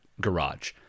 garage